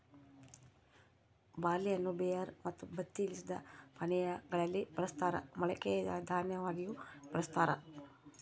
ಬಾರ್ಲಿಯನ್ನು ಬಿಯರ್ ಮತ್ತು ಬತ್ತಿ ಇಳಿಸಿದ ಪಾನೀಯಾ ಗಳಲ್ಲಿ ಬಳಸ್ತಾರ ಮೊಳಕೆ ದನ್ಯವಾಗಿಯೂ ಬಳಸ್ತಾರ